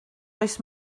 oes